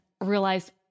realized